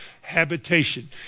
habitation